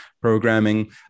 programming